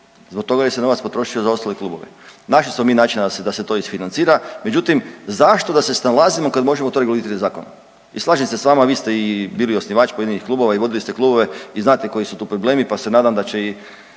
zbog toga jer se novac potrošio za ostale klubove. Našli smo mi načina da se to isfinancira. Međutim, zašto da se snalazimo kada možemo to regulirati zakonom? I slažem se s vama, vi ste i bili osnivač pojedinih klubova, i vodili ste klubove i znate koji su tu problemi, pa se nadam da će i